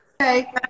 okay